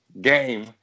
game